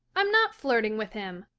i'm not flirting with him,